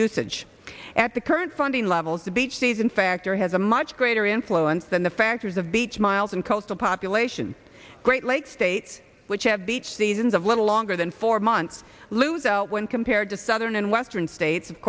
usage at the current funding levels the beach season factor has a much greater influence than the factors of beach miles and coastal population great lakes states which have beach seasons of little longer than four months lose when compared to southern and western states of